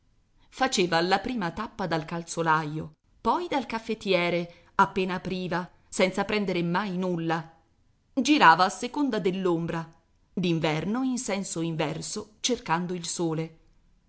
faceva la prima tappa dal calzolaio poi dal caffettiere appena apriva senza prendere mai nulla girava a seconda dell'ombra d'inverno in senso inverso cercando il sole